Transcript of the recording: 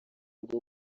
rwo